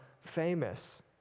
famous